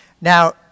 Now